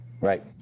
Right